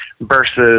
versus